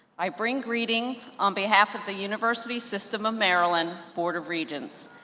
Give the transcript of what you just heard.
i bring greetings on behalf of the university system of maryland board of regents.